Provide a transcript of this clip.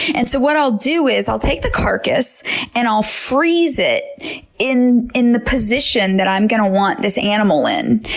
and so what i'll do is, i'll take the carcass and i'll freeze it in in the position that i'm going to want this animal in.